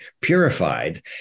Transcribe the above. purified